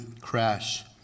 crash